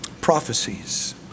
prophecies